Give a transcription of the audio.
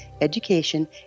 education